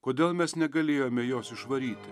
kodėl mes negalėjome jos išvaryti